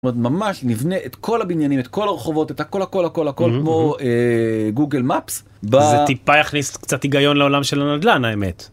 ממש נבנה את כל הבניינים את כל הרחובות את הכל הכל הכל הכל כמו גוגל מפס. זה טיפה יכניס קצת היגיון לעולם של הנדלן האמת.